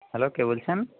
hello কে বলছেন